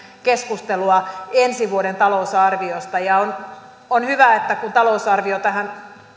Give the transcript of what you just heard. keskustelua ensi vuoden talousarviosta ja on on hyvä että kun talousarvio tähän